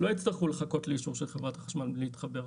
לא יצטרכו לחכות לאישור של חברת החשמל להתחבר.